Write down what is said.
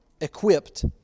equipped